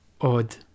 odd